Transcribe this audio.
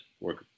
work